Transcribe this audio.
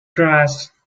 grass